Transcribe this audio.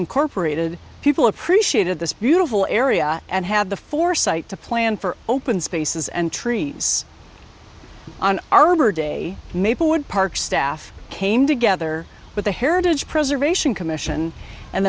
incorporated people appreciated this beautiful area and had the foresight to plan for open spaces and treats an arbor day maplewood park staff came together with the heritage preservation